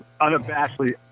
unabashedly